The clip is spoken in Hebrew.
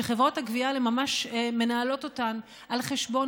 שחברות הגבייה האלה ממש מנהלות אותן על חשבון